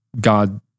God